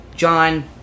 John